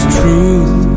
truth